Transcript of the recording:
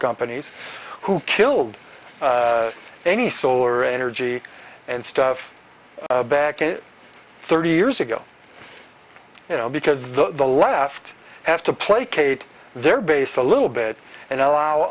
companies who killed any solar energy and stuff back in thirty years ago you know because the the left have to placate their base a little bit and allow